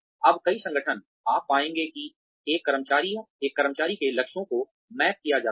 अब कई संगठन आप पाएंगे कि हर एक कर्मचारी के लक्ष्यों को मैप किया जाता है